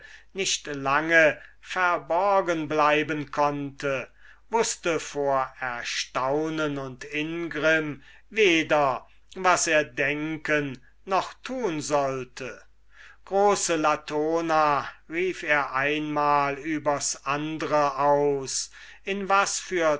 nicht lange verborgen bleiben konnte wußte vor erstaunen und ingrimm weder was er denken noch tun sollte große latona rief er einmal übers andre aus in was für